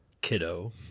kiddo